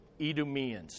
Edomians